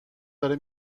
داره